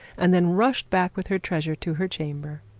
and then rushed back with her treasure to her chamber.